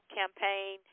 campaign